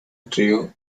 trio